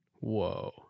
whoa